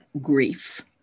grief